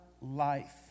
life